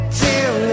till